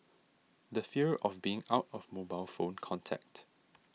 the fear of being out of mobile phone contact